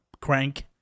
crank